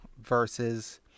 versus